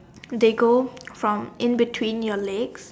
they go from in between your legs